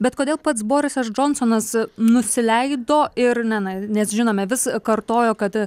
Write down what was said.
bet kodėl pats borisas džonsonas nusileido ir ne na nes žinome vis kartojo kad